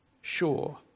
sure